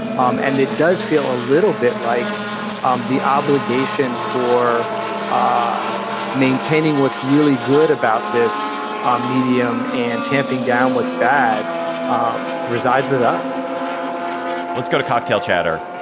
um and it does feel a little bit like um the obligation for ah maintaining what's really good about this um medium and tamping down what's bad um resides with us let's go to cocktail chatter.